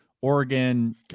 Oregon